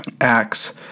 Acts